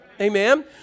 Amen